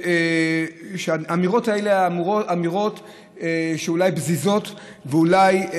שהאמירות האלו, הן אולי פזיזות, אולי,